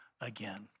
again